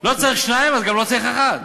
לא צריך שניים אז גם לא צריך אחד.